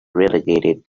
relegated